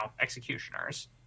executioners